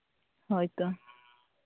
ᱦᱳᱭ ᱛᱚ